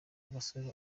agasaro